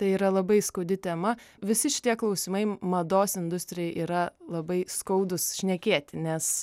tai yra labai skaudi tema visi šitie klausimai mados industrijai yra labai skaudūs šnekėti nes